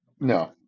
no